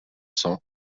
cents